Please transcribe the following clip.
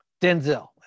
Denzel